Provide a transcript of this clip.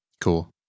Cool